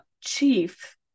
chief